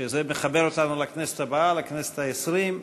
שזה מחבר אותנו לכנסת הבאה, לכנסת העשרים,